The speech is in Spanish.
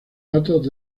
datos